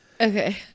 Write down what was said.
Okay